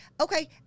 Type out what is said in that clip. Okay